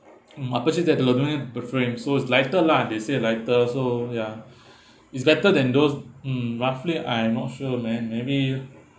mm upper seat is the frame so it's lighter lah they say lighter so ya it's better than those mm roughly I am not sure man maybe